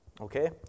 Okay